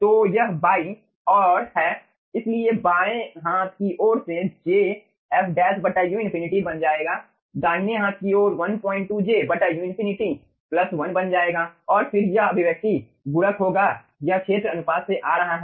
तो यह बाईं ओर है इसलिए बाएं हाथ की ओर से jf u∞ बन जाएगा दाहिने हाथ की ओर 12 j u∞ 1 बन जाएगा और फिर यह अभिव्यक्ति गुणक होगा यह क्षेत्र अनुपात से आ रहा है